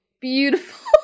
beautiful